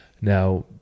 Now